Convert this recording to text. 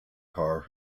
car